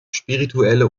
spirituelle